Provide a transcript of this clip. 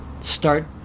start